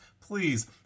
please